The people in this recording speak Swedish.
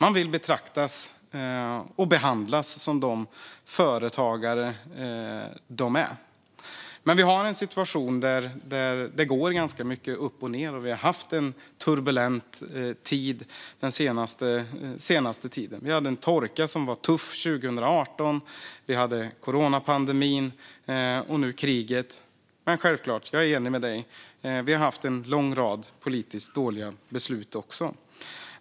Man vill betraktas och behandlas som den företagare man är. Men vi har en situation där det går ganska mycket upp och ned. Och det har varit turbulent den senaste tiden. Vi hade en tuff torka 2018, vi hade coronapandemin och nu har vi kriget. Det har självklart - jag är enig med dig, Alexander Christiansson - också funnits en lång rad politiskt dåliga beslut.